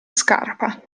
scarpa